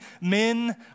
men